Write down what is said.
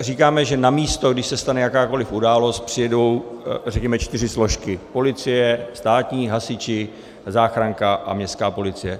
Říkáme, že na místo, když se stane jakákoliv událost, přijedou, řekněme, čtyři složky: policie státní, hasiči, záchranka a městská policie.